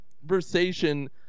conversation